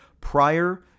prior